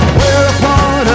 Whereupon